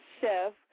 chef